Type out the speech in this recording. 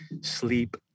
sleep